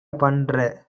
பண்ற